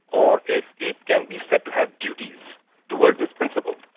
or if it can be said to have duties towards this principle.